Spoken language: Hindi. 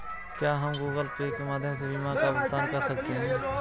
क्या हम गूगल पे के माध्यम से बीमा का भुगतान कर सकते हैं?